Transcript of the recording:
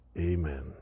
Amen